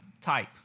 type